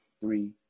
three